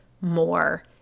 more